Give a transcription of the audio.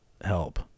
help